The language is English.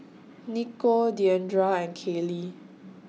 Nikko Deandra and Kaley